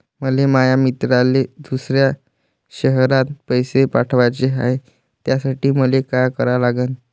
मले माया मित्राले दुसऱ्या शयरात पैसे पाठवाचे हाय, त्यासाठी मले का करा लागन?